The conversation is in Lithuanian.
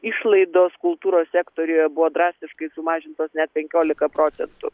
išlaidos kultūros sektoriuje buvo drastiškai sumažintos net penkiolika procentų